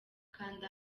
kanda